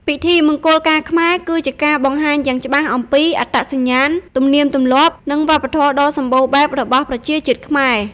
ពិធីមង្គលការខ្មែរ គឺជាការបង្ហាញយ៉ាងច្បាស់អំពី អត្តសញ្ញាណ ទំនៀមទម្លាប់ និងវប្បធម៌ដ៏សម្បូរបែប របស់ប្រជាជាតិខ្មែរ ។